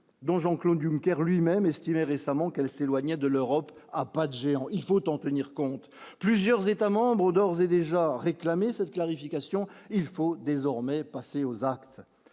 dont Jean-Claude du maire lui-même estimait récemment qu'elle s'éloignait de l'Europe à pas de géant, il faut en tenir compte plusieurs États-membres d'ores et déjà réclamé cette clarification, il faut désormais passer aux actes,